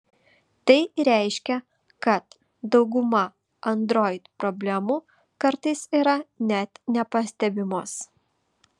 tai reiškia kad dauguma android problemų kartais yra net nepastebimos